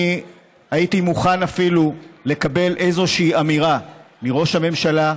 אני הייתי מוכן אפילו לקבל איזושהי אמירה מראש הממשלה,